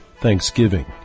Thanksgiving